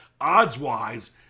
odds-wise